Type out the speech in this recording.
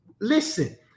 Listen